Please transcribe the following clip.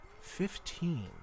Fifteen